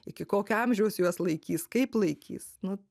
iki kokio amžiaus juos laikys kaip laikys nu